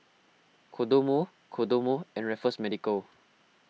Kodomo Kodomo and Raffles Medical